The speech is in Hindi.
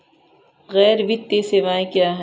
गैर वित्तीय सेवाएं क्या हैं?